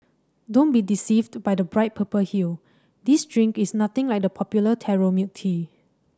don't be deceived by the bright purple hue this drink is nothing like the popular taro milk tea